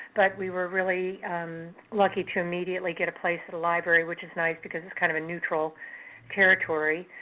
but we were really lucky to immediately get a place at a library, which is nice, because it's kind of neutral territory.